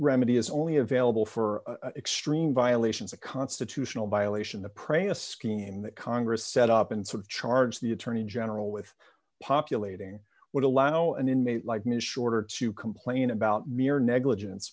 remedy is only available for extreme violations a constitutional violation the pray a scheme that congress set up and sort of charged the attorney general with populating would allow an inmate like ms shorter to complain about mere negligence